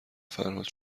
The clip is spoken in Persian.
فرهاد